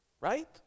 right